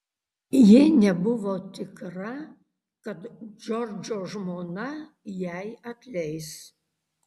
ji nebuvo tikra kad džordžo žmona jai atleis